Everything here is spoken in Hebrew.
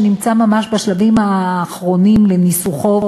שנמצא ממש בשלבים האחרונים לניסוחו,